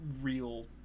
real